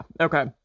Okay